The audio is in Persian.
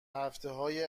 هفتههای